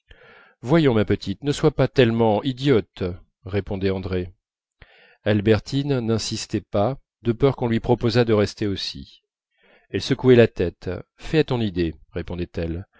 voyons ma petite ne sois pas tellement idiote répondait andrée albertine n'insistait pas de peur qu'on lui proposât de rester aussi elle secouait la tête fais à ton idée répondait-elle